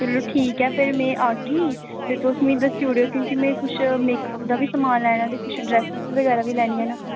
चलो ठीक ऐ फिर मैं आगी ते तुस मिगी दस्सी उड़ेयो क्योंकि में कुछ मेेकअप दा बी समान लैना ते कुछ ड्रैसेस बगैरा बी लैनियां न